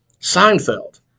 Seinfeld